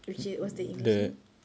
which is what's the english name